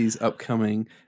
upcoming